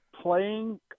playing